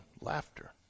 laughter